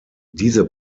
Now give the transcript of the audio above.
diese